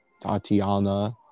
Tatiana